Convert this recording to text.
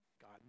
God